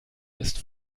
ist